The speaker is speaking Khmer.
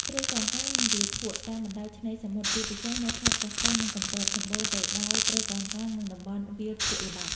ព្រៃកោងកាង និងវាលភក់ តាមបណ្តោយឆ្នេរសមុទ្រ ជាពិសេសនៅខេត្តកោះកុង និងកំពត សម្បូរទៅដោយ ព្រៃកោងកាង និងតំបន់ វាលភក់ល្បាប់។